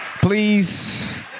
please